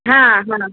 ہاں